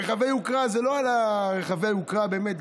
רכבי יוקרה זה לא על רכבי היוקרה באמת,